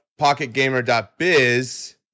pocketgamer.biz